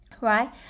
Right